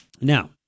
Now